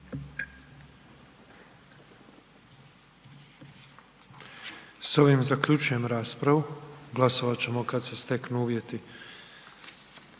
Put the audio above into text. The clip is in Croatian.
S ovim zaključujem raspravu, glasovat ćemo kad se steknu uvjeti.